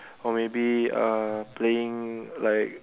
or maybe uh playing like